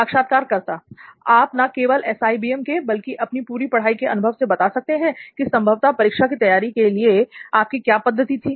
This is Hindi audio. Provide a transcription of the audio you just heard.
साक्षात्कारकर्ता आप ना केवल SIBM के बल्कि अपनी पूरी पढ़ाई के अनुभव से बता सकते हैं की संभवत परीक्षा की तैयारी के लिए आपकी क्या पद्धति थी